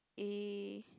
A